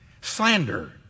slander